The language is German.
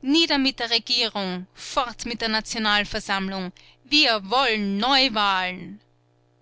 nieder mit der regierung fort mit der nationalversammlung wir wollen neuwahlen